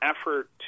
effort